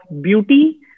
beauty